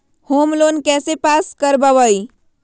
Home loan कैसे pass कर बाबई?